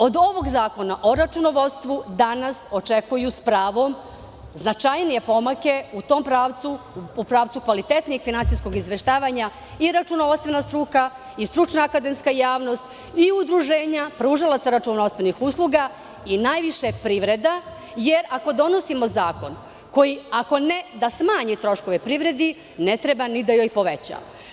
Od ovog zakona o računovodstvu danas očekuju, s pravom, značajnije pomake u tom pravcu, u pravcu kvalitetnijeg finansijskog izveštavanja, i računovodstvena struka i stručna akademska javnost i udruženja pružalaca računovodstvenih usluga i najviše privreda, jer ako donosimo zakon koji, ako ne da smanji troškove privredi, ne treba ni da joj poveća.